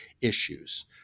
issues